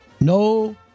no